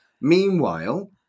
Meanwhile